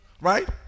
right